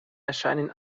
erscheinen